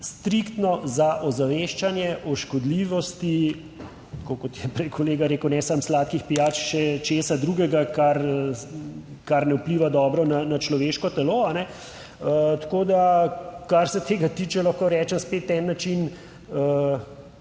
striktno za ozaveščanje o škodljivosti, tako kot je prej kolega rekel, ne samo sladkih pijač, še česa drugega, kar ne vpliva dobro na človeško telo. Tako da kar se tega tiče lahko rečem spet en način